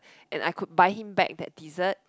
and I could buy him back that dessert